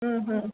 ಹ್ಞೂಂ ಹ್ಞೂಂ